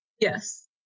Yes